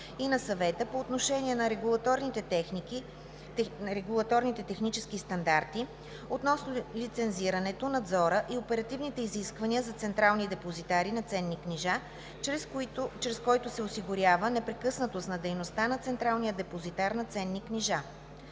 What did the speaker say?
и на Съвета по отношение на регулаторните технически стандарти относно лицензирането, надзора и оперативните изисквания за централни депозитари на ценни книжа, чрез който се осигурява непрекъснатост на дейността на централния депозитар на ценни книжа.